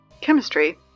Chemistry